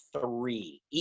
three